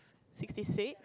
sixty six